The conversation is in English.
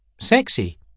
Sexy